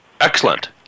excellent